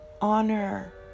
honor